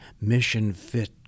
mission-fit